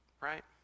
Right